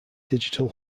digital